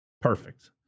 perfect